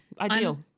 ideal